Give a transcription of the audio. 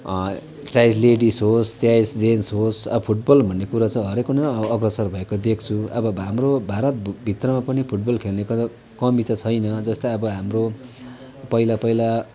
चाहे लेडिज होस् चाहे जेन्ट्स होस् आ फुटबल भन्ने कुरा चाहिँ हरेकको नै अ अग्रसर भएको देख्छु अब भए हाम्रो भारतभित्र पनि फुटबल खेल्नेको त कमी त छैन जस्तै अब हाम्रो पहिला पहिला